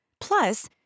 Plus